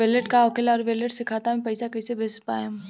Wallet का होखेला और वैलेट से खाता मे पईसा कइसे भेज पाएम?